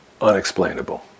unexplainable